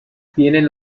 tienen